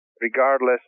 regardless